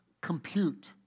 compute